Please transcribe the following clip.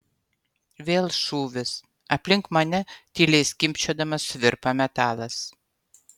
vėl šūvis aplink mane tyliai skimbčiodamas suvirpa metalas